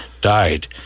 died